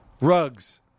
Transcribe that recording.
rugs